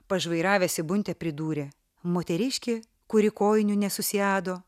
pažvairavęs į buntę pridūrė moteriškė kuri kojinių nesusiado